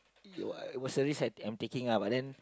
it was it was a risj I'm taking ah but then